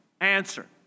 Answer